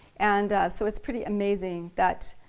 and so it's pretty amazing that,